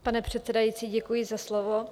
Pane předsedající, děkuji za slovo.